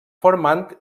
formant